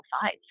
sides